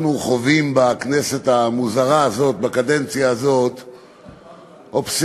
אנחנו חווים בכנסת המוזרה הזו בקדנציה הזו אובססיביות